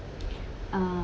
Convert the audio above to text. um